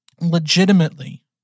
legitimately